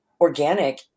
organic